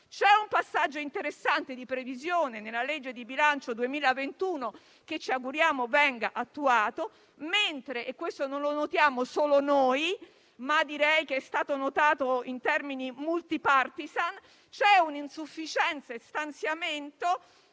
C'è un passaggio interessante di previsione nella legge di bilancio 2021, che ci auguriamo venga attuato, mentre - e questo non lo notiamo solo noi, ma direi che è stato notato in termini *multipartisan* - c'è un insufficiente stanziamento